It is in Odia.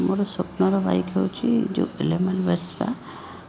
ମୋର ସ୍ଵପ୍ନର ବାଇକ୍ ହେଉଛି ଭେସ୍ପା